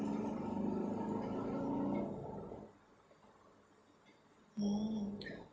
mm